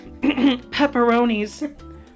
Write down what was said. pepperonis